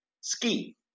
ski